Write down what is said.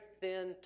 thin